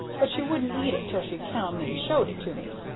but she wouldn't eat it till she come and showed it to me.